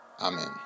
Amen